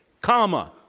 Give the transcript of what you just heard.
comma